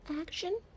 Action